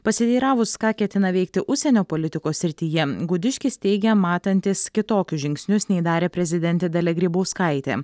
pasiteiravus ką ketina veikti užsienio politikos srityje gudiškis teigė matantis kitokius žingsnius nei darė prezidentė dalia grybauskaitė